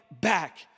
back